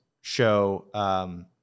show